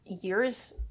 years